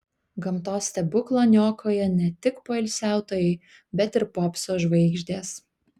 gamtos stebuklą niokoja ne tik poilsiautojai bet ir popso žvaigždės